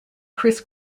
criss